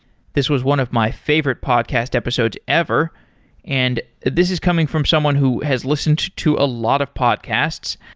this was one of my favorite podcast episodes ever and this is coming from someone who has listened to a lot of podcasts.